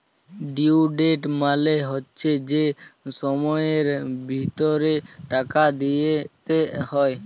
due date মালে হচ্যে যে সময়ের ভিতরে টাকা দিতে হ্যয়